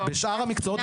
בשאר המקצועות יש סירוב.